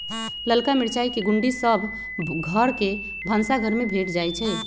ललका मिरचाई के गुण्डी सभ घर के भनसाघर में भेंट जाइ छइ